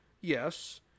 Yes